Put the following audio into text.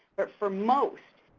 but for most,